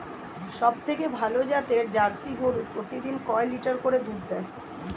সবথেকে ভালো জাতের জার্সি গরু প্রতিদিন কয় লিটার করে দুধ দেয়?